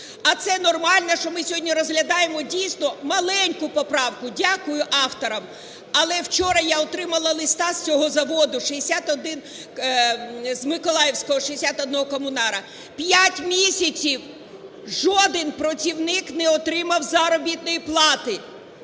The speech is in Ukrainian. А це нормально, що ми сьогодні розглядаємо дійсно маленьку поправку, дякую авторам? Але вчора я отримала листа з цього заводу, 61… з Миколаївського "61 комунара". П'ять місяців жоден працівник не отримав заробітної плати.